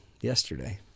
yesterday